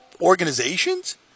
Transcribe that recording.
organizations